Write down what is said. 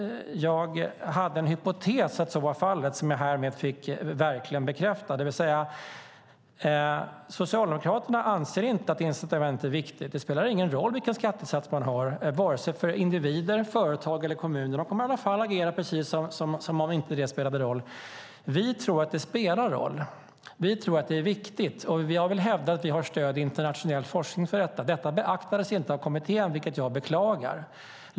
Jag hade en hypotes att så var fallet som jag härmed verkligen fick bekräftad. Socialdemokraterna anser inte att incitament är viktigt. Det spelar ingen roll vilken skattesats man har vare sig för individer, företag eller kommuner. De kommer i alla fall att agera precis som om det inte spelade någon roll. Vi tror att det spelar roll. Vi tror att det är viktigt. Jag vill hävda att vi har stöd i internationell forskning för detta. Det här beaktades inte av kommittén, vilket jag beklagar.